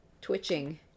twitching